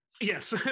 Yes